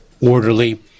orderly